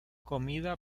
comida